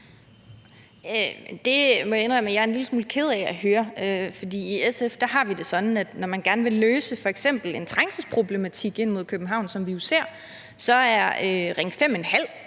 Det må jeg indrømme at jeg er en lille smule ked af at høre. For i SF har vi det sådan, at når man gerne vil løse f.eks. en trængselsproblematik på vejene ind mod København, som vi jo ser, så er Ring 5½